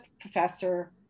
professor